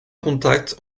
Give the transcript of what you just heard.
contacts